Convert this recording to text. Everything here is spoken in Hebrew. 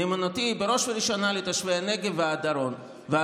נאמנותי היא בראש ובראשונה לתושבי הנגב והדרום.